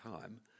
time